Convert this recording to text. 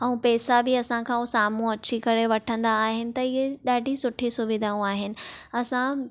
ऐं पैसा बि असां खां हू साम्हूं अची करे वठंदा आहिनि त इहे ॾाढी सुठी सुविधाऊं आहिनि असां